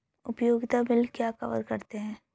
उपयोगिता बिल क्या कवर करते हैं?